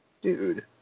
dude